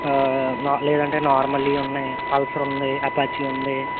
నా లేదంటే నార్మల్ అవి ఉన్నాయి పల్సర్ ఉంది అపాచీ ఉంది